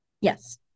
Yes